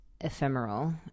ephemeral